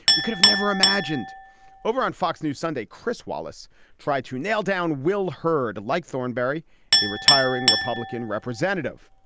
we could have never imagined over on fox news sunday chris wallace tried to nail down will hurd like thornberry a retiring republican representative.